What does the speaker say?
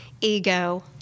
ego